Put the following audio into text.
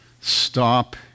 Stop